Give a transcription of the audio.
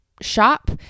shop